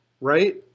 right